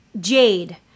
Jade